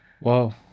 Wow